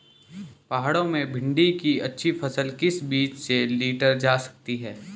पहाड़ों में भिन्डी की अच्छी फसल किस बीज से लीटर जा सकती है?